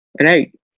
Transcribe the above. right